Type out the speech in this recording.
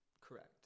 Correct